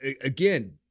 again